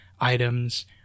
items